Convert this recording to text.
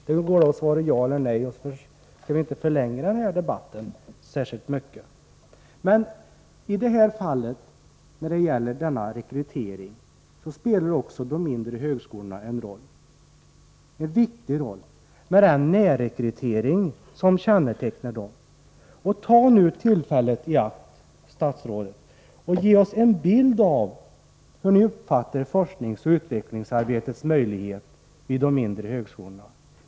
Det går att svara ja eller nej, så att vi inte behöver förlänga debatten särskilt mycket. När det gäller rekrytering spelar också de mindre högskolorna en viktig roll med den närrekrytering som kännetecknar dem. Ta nu tillfället i akt, statsrådet, och ge oss en bild av hur ni uppfattar forskningsoch utvecklingsarbetets möjlighet vid de mindre högskolorna.